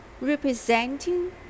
representing